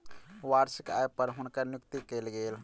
वार्षिक आय पर हुनकर नियुक्ति कयल गेल